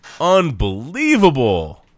Unbelievable